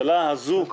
איום.